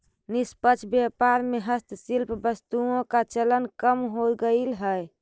निष्पक्ष व्यापार में हस्तशिल्प वस्तुओं का चलन कम हो गईल है